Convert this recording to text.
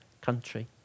country